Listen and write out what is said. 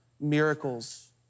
miracles